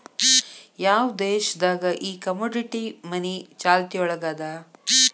ಯಾವ್ ದೇಶ್ ದಾಗ್ ಈ ಕಮೊಡಿಟಿ ಮನಿ ಚಾಲ್ತಿಯೊಳಗದ?